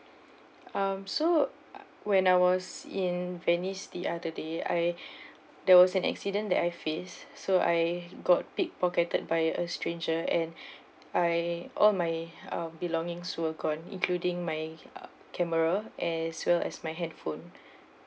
um so when I was in venice the other day I there was an accident that I faced so I got pickpocketed by a stranger and I all my uh belongings were gone including my camera as well as my handphone